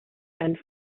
and